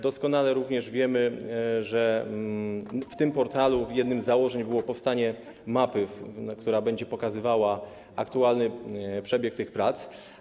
Doskonale wiemy również, że w tym portalu jednym z założeń było powstanie mapy, która będzie pokazywała aktualny przebieg tych prac.